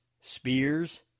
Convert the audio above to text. spears